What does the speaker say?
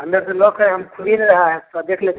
अंदर से लॉक है हम खुल ही नहीं रहा है थोड़ा देख लेते